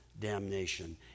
damnation